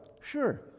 Sure